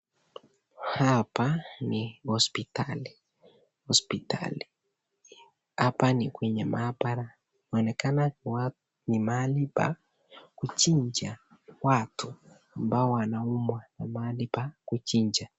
Hapa ni hospitali. Hospitali. Hapa ni kwenye mahabara. Inaonekana kuwa ni mahali pa kuchinja watu ambao wanaumwa na mahali pa kuchinja.